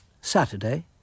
Saturday